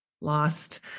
lost